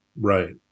Right